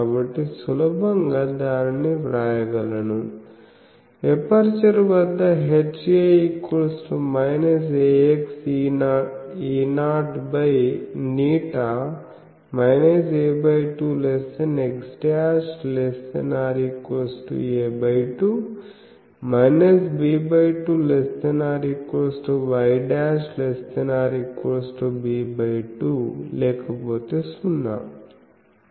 కాబట్టి సులభంగా దానిని వ్రాయగలను ఎపర్చరు వద్ద Ha axE0ղ a2x'≤ a2 b2≤y'≤ b2లేకపోతే 0